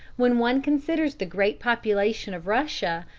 when one considers the great population of russia,